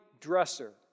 dresser